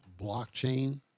blockchain